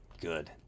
good